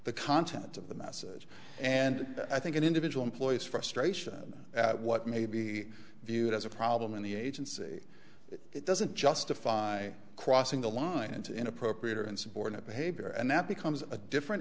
the content of the message and i think an individual employees frustration at what may be viewed as a problem in the agency it doesn't justify crossing the line into inappropriate or insubordinate behavior and that becomes a different